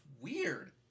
weird